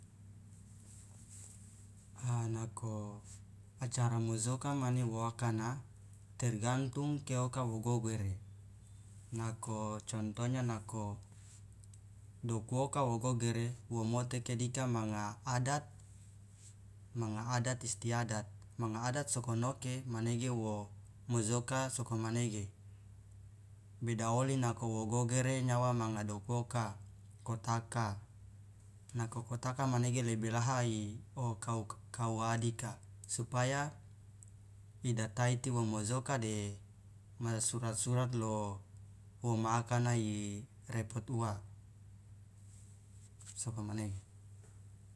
a nako acara mojoka mane waakana tergantung keoka wo gogere nako contonya nako doku oka wo gogere wo moteke dika manga adat manga adat istiadat manga adat sokonoke manege wo mojoka sokomanege beda oli nako wo gogere nyawa manga doku oka kotaka nako kotako manege lebe laha o kau- kauwa dika supaya idaiti wo mojoka de ma surat surat lo woma akana i repot uwa sokomanege.